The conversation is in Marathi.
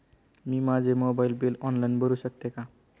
मी माझे मोबाइल बिल ऑनलाइन भरू शकते का?